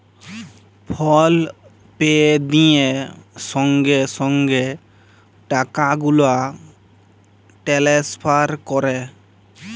ফল pay দিঁয়ে সঙ্গে সঙ্গে টাকা গুলা টেলেসফার ক্যরে